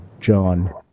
John